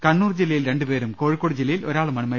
കണ്ണൂർ ജില്ലയിൽ രണ്ടുപേരും കോഴിക്കോട് ജില്ലയിൽ ഒരാളുമാണ് മരിച്ചത്